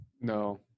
No